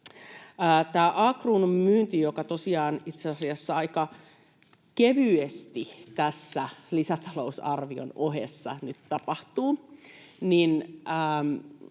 Tämä A-Kruunun myynti, joka tosiaan itse asiassa aika kevyesti tässä lisätalousarvion ohessa nyt tapahtuu,